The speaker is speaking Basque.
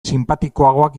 sinpatikoagoak